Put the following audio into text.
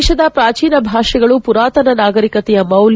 ದೇಶದ ಪ್ರಾಚೀನ ಭಾಷೆಗಳು ಪುರಾತನ ನಾಗರಿಕತೆಯ ಮೌಲ್ಲ